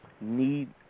need